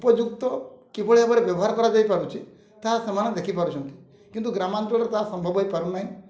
ଉପଯୁକ୍ତ କିଭଳି ଭାବରେ ବ୍ୟବହାର କରାଯାଇପାରୁଛି ତାହା ସେମାନେ ଦେଖିପାରୁଛନ୍ତି କିନ୍ତୁ ଗ୍ରାମାଞ୍ଚଳରେ ତାହା ସମ୍ଭବ ହେଇପାରୁନାହିଁ